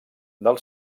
del